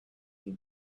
sie